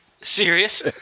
Serious